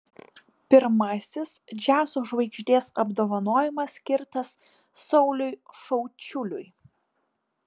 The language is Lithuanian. pirmasis džiazo žvaigždės apdovanojimas skirtas sauliui šiaučiuliui